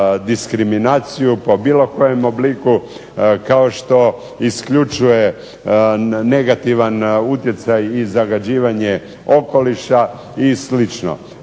diskriminaciju, po bilo kojem obliku kao što isključuje negativan utjecaj i zagađivanje okoliša, i